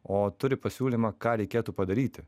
o turi pasiūlymą ką reikėtų padaryti